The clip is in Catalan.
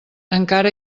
encara